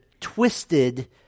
twisted